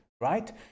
right